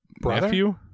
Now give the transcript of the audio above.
nephew